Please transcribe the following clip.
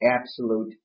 absolute